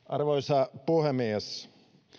arvoisa puhemies